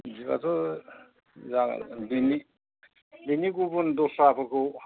बिदिब्लाथ' जागोन बिनि बिनि गुबुन दस्राफोरखौ